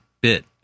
bit